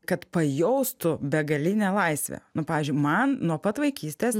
kad pajaustų begalinę laisvę pavyzdžiui man nuo pat vaikystės